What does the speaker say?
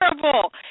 terrible